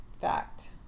Fact